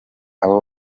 aba